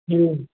जी